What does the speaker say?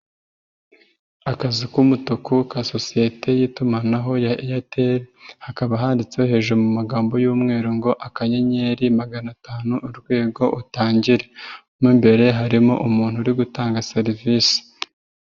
Akazu k'umutuku ka sosiyete y'itumanaho ya Airtel, hakaba handitse hejuru mu magambo y'umweru ngo akanyenyeri magana atanu urwego utangire mo imbere harimo umuntu uri gutanga serivisi.